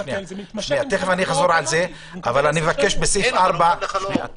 --- תכף אני אחזור על זה אבל אני מבקש בסעיף 4 -- אוסאמה,